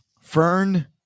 Fern